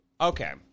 Okay